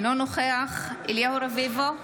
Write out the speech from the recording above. אינו נוכח אליהו רביבו,